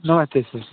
नमस्ते सर